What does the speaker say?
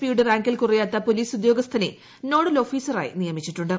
പിയുടെ റാങ്കിൽ കുറയാത്ത പോലിസ് ഉദ്യോഗസ്ഥനെ നോഡൽ ജർഫിസറായി നിയമിച്ചിട്ടുണ്ട്